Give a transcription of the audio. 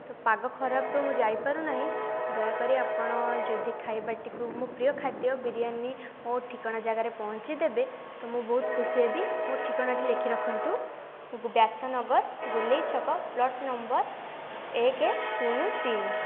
ତ ପାଗ ଖରାପ ତ ମୁଁ ଯାଇପାରୁନାହିଁ ଦୟାକରି ଆପଣ ଯଦି ଖାଇବାଟିକୁ ମୋ' ପ୍ରିୟ ଖାଦ୍ୟ ବିରିୟାନି ମୋ' ଠିକଣା ଜାଗାରେ ପହୁଞ୍ଚାଇଦେବେ ତ ମୁଁ ବହୁତ ଖୁସି ହେବି ମୋ' ଠିକଣାଟି ଲେଖି ରଖନ୍ତୁ ବ୍ୟାସନଗର ଗୋଲେଇ ଛକ ପ୍ଳଟ ନମ୍ବର ଏକ ଶୂନୁ ତିନି